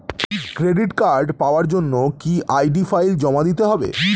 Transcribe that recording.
Credit card পাওয়ার জন্য কি আই.ডি ফাইল জমা দিতে হবে?